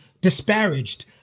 disparaged